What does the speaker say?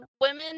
women